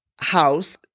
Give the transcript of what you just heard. house